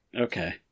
Okay